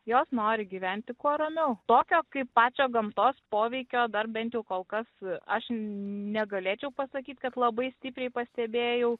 jos nori gyventi kuo ramiau tokio kaip pačią gamtos poveikio dar bent kol kas aš negalėčiau pasakyt kad labai stipriai pastebėjau